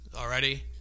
Already